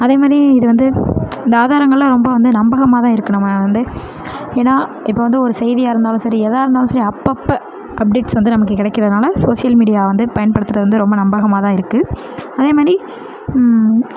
அதே மாதிரி இது வந்து இந்த ஆதாரங்களெலாம் வந்து நம்பகமாகதான் இருக்குது நம்ம வந்து ஏன்னால் இப்போ வந்து ஒரு செய்தியாக இருந்தாலும் சரி எதாக இருந்தாலும் சரி அப்பப்போ அப்டேட்ஸ் வந்து நமக்கு கிடைக்கிறதுனால சோசியல் மீடியா வந்து பயன்படுத்துவது வந்து ரொம்ப நம்பகமாகதான் இருக்குது அதே மாதிரி